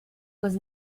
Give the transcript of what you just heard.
was